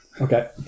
Okay